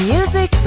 Music